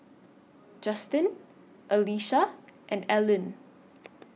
Justen Alesha and Ellyn